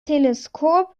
teleskop